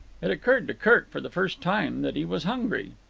it occurred to kirk for the first time that he was hungry.